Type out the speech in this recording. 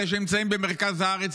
אלה שנמצאים במרכז הארץ,